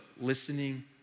listening